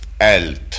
health